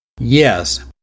Yes